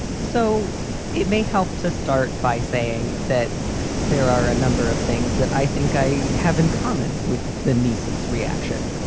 so it may help to start by saying that there are a number of things that i think i have in common with the niece's reaction,